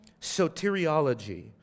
soteriology